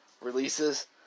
releases